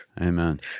Amen